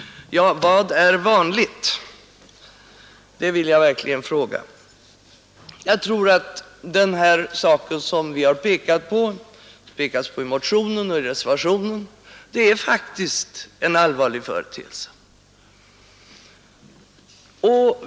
Ja, vad är ”vanligt”? Det vill jag verkligen fråga. Jag tror att den sak som det pekats på i motionen och i reservationen faktiskt är en allvarlig företeelse.